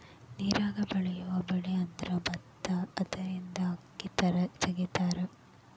ನೇರಾಗ ಬೆಳಿಯುವ ಬೆಳಿಅಂದ್ರ ಬತ್ತಾ ಅದರಿಂದನ ಅಕ್ಕಿ ತಗಿತಾರ